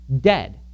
dead